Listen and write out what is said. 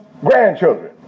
grandchildren